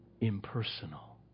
impersonal